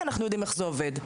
כי אנחנו יודעים איך זה עובד.